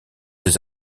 des